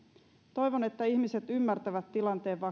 toivon että ihmiset ymmärtävät tilanteen vakavuuden